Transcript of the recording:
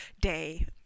day